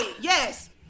yes